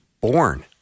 born